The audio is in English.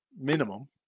minimum